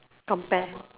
compare